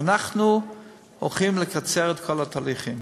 אנחנו הולכים לקצר את התהליכים.